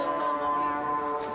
or